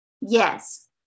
Yes